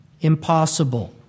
impossible